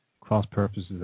cross-purposes